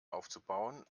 aufzubauen